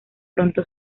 pronto